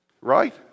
Right